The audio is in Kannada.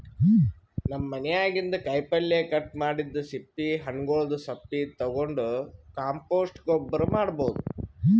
ನಮ್ ಮನ್ಯಾಗಿನ್ದ್ ಕಾಯಿಪಲ್ಯ ಕಟ್ ಮಾಡಿದ್ದ್ ಸಿಪ್ಪಿ ಹಣ್ಣ್ಗೊಲ್ದ್ ಸಪ್ಪಿ ತಗೊಂಡ್ ಕಾಂಪೋಸ್ಟ್ ಗೊಬ್ಬರ್ ಮಾಡ್ಭೌದು